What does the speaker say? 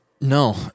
No